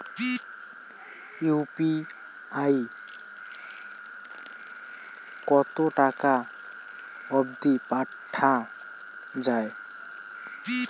UPI কতো টাকা অব্দি পাঠা যায়?